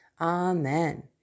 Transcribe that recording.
amen